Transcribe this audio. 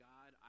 God